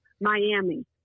Miami